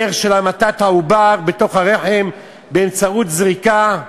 בדרך של המתת העובר בתוך הרחם באמצעות זריקה,